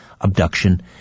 abduction